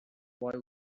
boy